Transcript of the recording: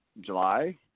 July